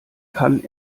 kann